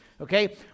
Okay